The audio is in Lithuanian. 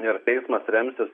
ir teismas remsis